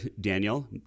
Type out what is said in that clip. Daniel